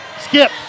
Skip